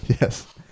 Yes